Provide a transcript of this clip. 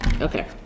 okay